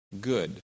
good